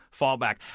fallback